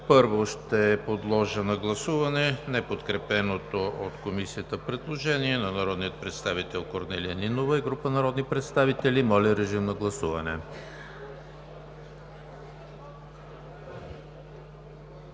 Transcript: Ще подложа на гласуване неподкрепеното от Комисията предложение на народния представител Корнелия Нинова и група народни представители. Гласували